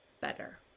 better